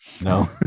No